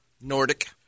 Nordic